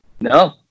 No